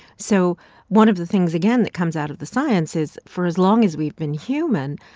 so one of the things, again, that comes out of the science is for as long as we've been human,